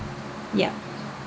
yup